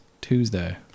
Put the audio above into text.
Tuesday